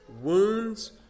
Wounds